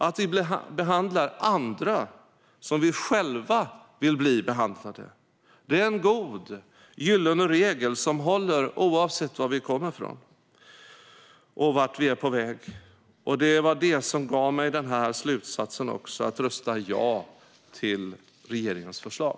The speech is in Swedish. Att vi behandlar andra som vi själva vill bli behandlade är en god, gyllene regel som håller, oavsett var vi kommer från och vart vi är på väg. Det var det som ledde mig till slutsatsen att jag ska rösta ja till regeringens förslag.